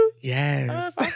Yes